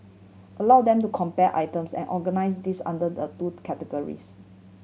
allow them to compare items and organise these under the two categories